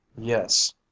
Yes